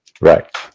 Right